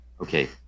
okay